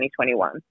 2021